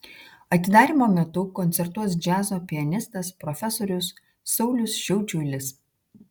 atidarymo metu koncertuos džiazo pianistas profesorius saulius šiaučiulis